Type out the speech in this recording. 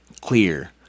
clear